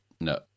no